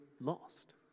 lost